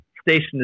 station